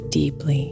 deeply